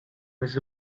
with